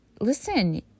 listen